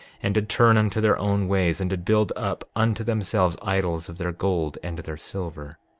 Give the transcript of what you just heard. and did turn unto their own ways, and did build up unto themselves idols of their gold and their silver.